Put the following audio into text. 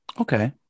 Okay